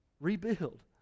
rebuild